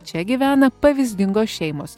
čia gyvena pavyzdingos šeimos